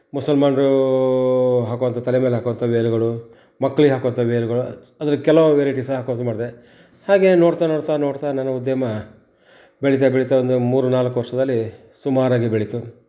ಮುಸಲ್ಮಾನರೂ ಹಾಕುವಂಥ ತಲೆ ಮೇಲೆ ಹಾಕುವಂಥ ವೇಲುಗಳು ಮಕ್ಳಿಗೆ ಹಾಕುವಂಥ ವೇಲ್ಗಳು ಅದ್ರಲ್ಲಿ ಕೆಲವು ವೆರೈಟೀಸ್ ಹಾಕೋದು ಮಾಡಿದೆ ಹಾಗೆ ನೋಡ್ತಾ ನೋಡ್ತಾ ನೋಡ್ತಾ ನನ್ನ ಉದ್ಯಮ ಬೆಳಿತಾ ಬೆಳಿತಾ ಒಂದು ಮೂರು ನಾಲ್ಕು ವರ್ಷದಲ್ಲಿ ಸುಮಾರಾಗಿ ಬೆಳೀತು